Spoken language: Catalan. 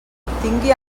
obtingui